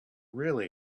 really